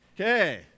Okay